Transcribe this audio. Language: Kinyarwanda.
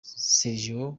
sergio